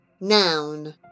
Noun